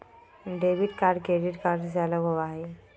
debit card credit card से अलग होबा हई